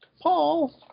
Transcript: Paul